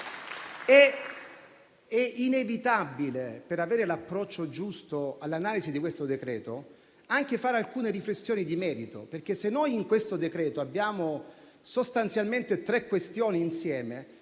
È inevitabile, per avere l'approccio giusto all'analisi del decreto-legge, fare anche alcune riflessioni di merito, perché, se in questo decreto abbiamo sostanzialmente tre questioni insieme,